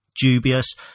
dubious